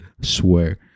swear